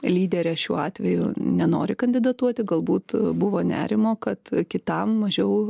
lyderė šiuo atveju nenori kandidatuoti galbūt buvo nerimo kad kitam mažiau